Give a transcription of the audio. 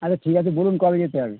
আচ্ছা ঠিক আছে বলুন কবে যেতে হবে